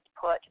put